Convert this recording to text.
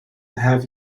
have